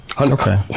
Okay